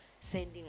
sending